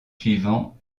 suivants